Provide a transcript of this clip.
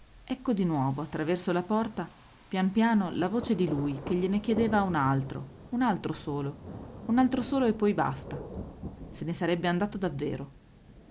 ecco di nuovo attraverso la porta pian piano la voce di lui che gliene chiedeva un altro un altro solo un altro solo e poi basta se ne sarebbe andato davvero